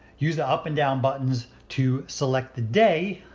use the up and down buttons to select the day